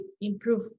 improve